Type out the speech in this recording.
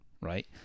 right